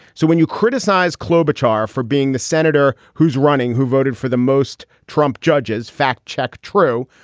so when you criticize klobuchar for being the senator who's running, who voted for the most trump judges fact check. true.